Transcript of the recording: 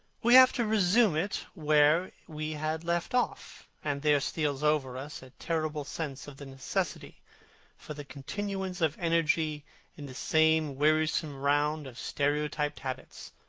we have to resume it where we had left off, and there steals over us a terrible sense of the necessity for the continuance of energy in the same wearisome round of stereotyped habits,